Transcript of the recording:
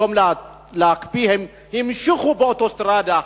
במקום להקפיא הם המשיכו באוטוסטרדה,